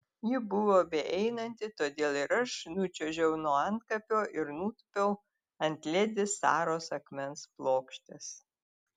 ji buvo beeinanti todėl ir aš nučiuožiau nuo antkapio ir nutūpiau ant ledi saros akmens plokštės